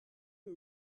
who